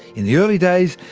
in the early days,